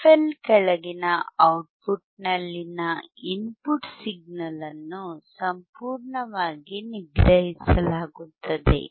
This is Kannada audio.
fL ಕೆಳಗಿನ ಔಟ್ಪುಟ್ನಲ್ಲಿನ ಇನ್ಪುಟ್ ಸಿಗ್ನಲ್ ಅನ್ನು ಸಂಪೂರ್ಣವಾಗಿ ನಿಗ್ರಹಿಸಲಾಗುತ್ತದೆ